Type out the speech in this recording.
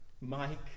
Mike